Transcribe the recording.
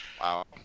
Wow